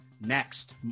next